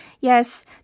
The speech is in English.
Yes